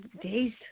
days